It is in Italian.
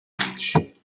nemici